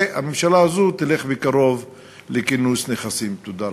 תודה רבה.